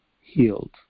healed